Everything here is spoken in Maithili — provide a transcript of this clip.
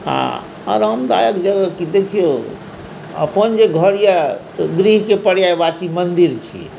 आ आरामदायक जगह की देखियौ अपन जे घर यए तऽ गृहके पर्यायवाची मन्दिर छियै